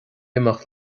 imeacht